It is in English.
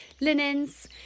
linens